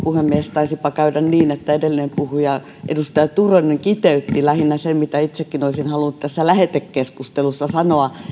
taisipa käydä niin että edellinen puhuja edustaja turunen kiteytti lähinnä sen mitä itsekin olisin halunnut tässä lähetekeskustelussa sanoa